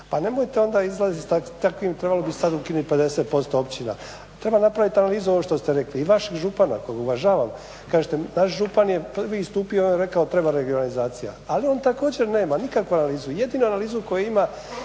Pa nemojte onda izlazit sa takvim trebalo bi sad ukinut 50% općina. Treba napravit analizu ovo što ste rekli i vašeg župana kojeg uvažavam. Kažete naš župan je prvi istupio i rekao treba regionalizacija ali on također nema nikakvu analizu, jedinu analizu koju ima,